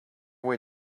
way